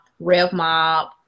RevMob